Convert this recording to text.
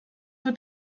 wird